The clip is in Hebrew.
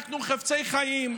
אנחנו חפצי חיים,